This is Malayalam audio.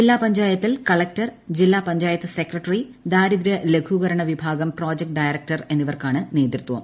ജില്ലാ പഞ്ചായത്തിൽ കളക്ടർ ജില്ലാ പഞ്ചായത്ത് സെക്രട്ടറി ദാരിദ്ര്യ ലഘൂകരണ വിഭാഗം പ്രൊജക്ട് ഡയറക്ടർ എന്നിവർക്കാണ് നേതൃത്വം